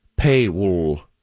paywall